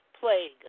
plague